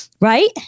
right